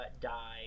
die